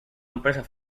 empresa